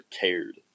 cared